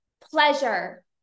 pleasure